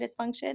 dysfunction